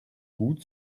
gut